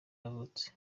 yavutse